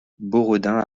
boredain